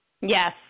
Yes